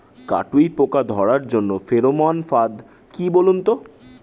কাটুই পোকা ধরার জন্য ফেরোমন ফাদ কি বলুন তো?